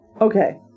Okay